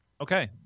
okay